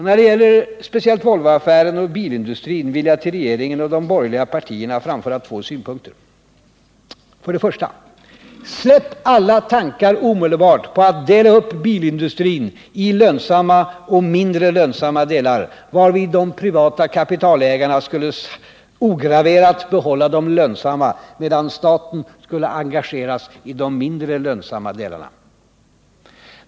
När det gäller speciellt Volvoaffären och bilindustrin vill jag till regeringen och de borgerliga partierna framföra två synpunkter. För det första: Släpp omedelbart alla tankar på att dela upp bilindustrin i lönsamma och mindre lönsamma delar, varvid de privata kapitalägarna skulle ograverat behålla de lönsamma, medan staten skulle engageras i de mindre lönsamma delarna.